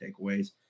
takeaways